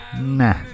Nah